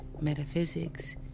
metaphysics